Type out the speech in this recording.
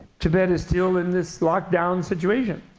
tibet is still in this lockdown situation.